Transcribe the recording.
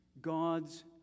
God's